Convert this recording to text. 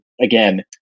Again